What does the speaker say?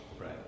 Right